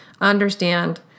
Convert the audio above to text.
understand